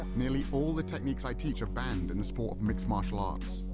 nearly, all the techniques i teach are banned in the sport of mixed martial um